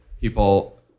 people